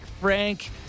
Frank